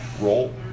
Roll